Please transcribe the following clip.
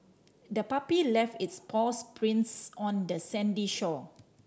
the puppy left its paw prints on the sandy shore